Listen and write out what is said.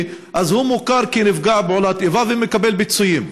אז הוא מוכר כנפגע פעולת איבה ומקבל פיצויים.